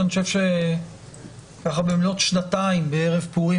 שאני חושב שבמלאת שנתיים בערב פורים,